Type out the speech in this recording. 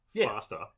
Faster